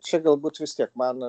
čia galbūt vis tiek man